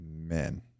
men